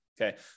Okay